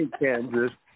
Kansas